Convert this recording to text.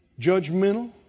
Judgmental